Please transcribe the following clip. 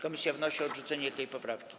Komisja wnosi o odrzucenie tej poprawki.